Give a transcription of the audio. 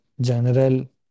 general